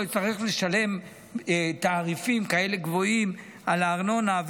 יצטרך לשלם תעריפים כאלה גבוהים על הארנונה.